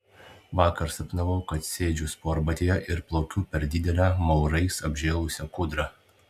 vakar sapnavau kad sėdžiu sportbatyje ir plaukiu per didelę maurais apžėlusią kūdrą